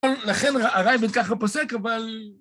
לכן הראב"ד ככה פוסק, אבל...